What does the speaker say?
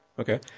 Okay